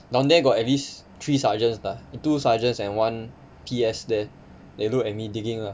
down there got at least three sergeants bah two sergeants and one P_S there they look at me digging lah